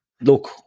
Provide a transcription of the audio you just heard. look